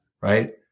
right